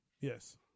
Yes